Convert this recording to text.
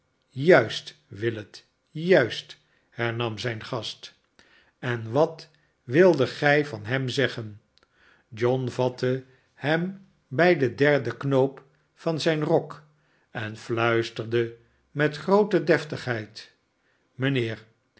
juist willet juist hernam zijn gast en wat wildet gij van hem zeggenf john vatte hem bij den derden knoop van zijn rok en fluisterde met groote defligheid mijnheer